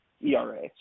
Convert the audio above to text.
ERA